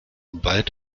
bald